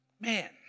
man